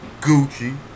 Gucci